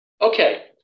Okay